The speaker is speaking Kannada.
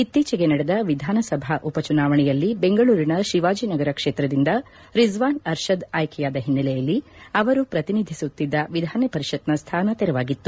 ಇತ್ತೀಚೆಗೆ ನಡೆದ ವಿಧಾನಸಭಾ ಉಪಚುನಾವಣೆಯಲ್ಲಿ ಬೆಂಗಳೂರಿನ ಶಿವಾಜನಗರ ಕ್ಷೇತ್ರದಿಂದ ರಿಜ್ವಾನ್ ಅರ್ಷದ್ ಆಯ್ಲೆಯಾದ ಹಿನ್ನೆಲೆಯಲ್ಲಿ ಅವರು ಪ್ರತಿನಿಧಿಸುತ್ತಿದ್ದ ವಿಧಾನ ಪರಿಷತ್ನ ಸ್ಥಾನ ತೆರವಾಗಿತ್ತು